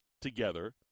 together